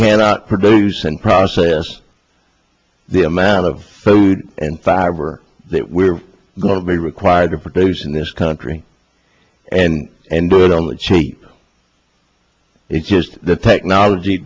cannot produce and process the amount of food and fiber that we're going to be required to produce in this country and and do it on the cheap it's just the technology